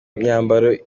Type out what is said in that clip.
myambaro